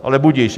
Ale budiž.